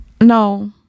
No